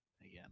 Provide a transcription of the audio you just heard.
again